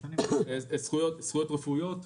זכויות רפואיות.